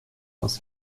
aus